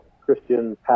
Christian